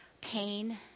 pain